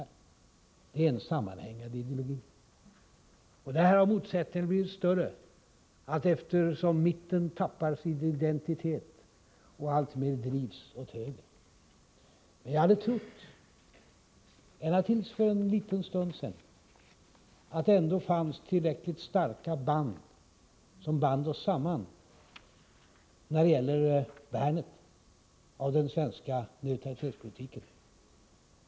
Det är en sammanhängande ideologi. Motsättningarna har blivit större, allteftersom mitten tappar sin identitet och alltmer drivs åt höger. Men till för en liten stund sedan trodde jag ändå att det fanns tillräckligt starka band som band oss samman när det gäller värnet av den svenska neutralitetspolitiken.